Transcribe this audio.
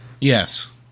Yes